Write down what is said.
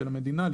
של המדינה,